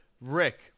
Rick